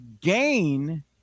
gain